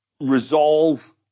resolve